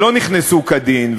שלא נכנסו כדין,